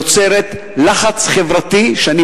יוצרת לחץ חברתי שאינני